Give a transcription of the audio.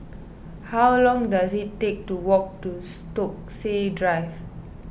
how long does it take to walk to Stokesay Drive